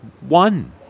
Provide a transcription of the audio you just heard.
one